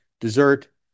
dessert